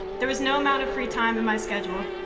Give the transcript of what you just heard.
there was no amount of free time in my schedule,